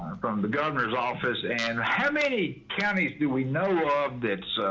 from the governor's office and how many counties do we know of that?